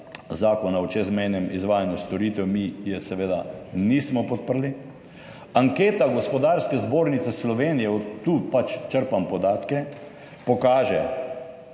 Zakona o čezmejnem izvajanju storitev. Mi je seveda nismo podprli. Anketa Gospodarske zbornice Slovenije, od tu pač črpam podatke, pokaže,